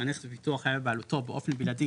שהנכס בפיתוח היה בבעלותו באופן בלעדי